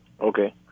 Okay